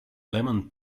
lemon